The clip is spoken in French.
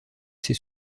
ces